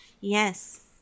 Yes